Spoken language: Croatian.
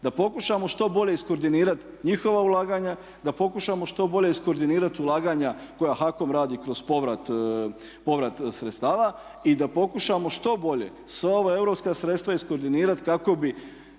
Da pokušamo što bolje iskordinirati njihova ulaganja da pokušamo što bolje iskordinirati ulaganja koja HAKOM radi kroz povrat sredstava i da pokušamo što bolje sva ova europska sredstva iskordinirati kako bi